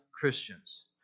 Christians